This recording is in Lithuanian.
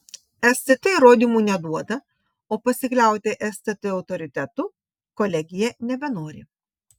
stt įrodymų neduoda o pasikliauti stt autoritetu kolegija nebenori